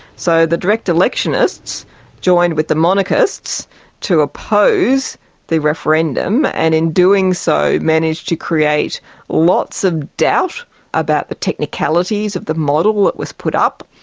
so the direct electionists joined with the monarchists to oppose the referendum, and in doing so managed to create lots of doubt about the technicalities of the model that was put up.